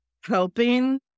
helping